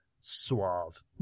suave